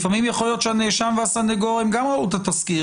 לפעמים יכול להיות שהנאשם והסניגור גם ראו את התסקיר,